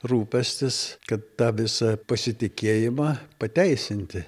rūpestis kad tą visą pasitikėjimą pateisinti